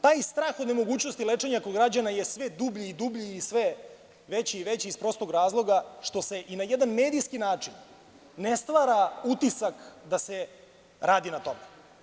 Taj strah od nemogućnosti lečenja kod građana je sve dublji i dublji i sve veći i veći, iz prostog razloga što se i na jedan medijski način ne stvara utisak da se radi na tome.